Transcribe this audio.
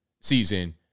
season